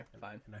fine